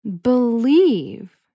believe